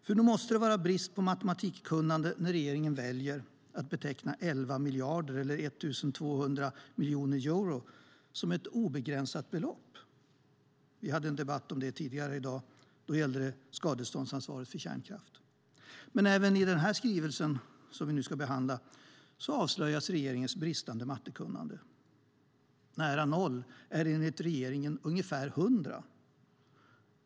För nog måste det vara brist på matematikkunnande när regeringen väljer att beteckna 11 miljarder kronor, eller 1 200 miljoner euro, som ett obegränsat belopp? Vi hade en debatt om det tidigare i dag. Då gällde det skadeståndsansvaret för kärnkraft. Även i den skrivelse som vi nu behandlar avslöjas regeringens bristande mattekunnande. Nära noll är enligt regeringen ungefär 100.